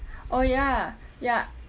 oh ya ya